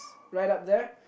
right up there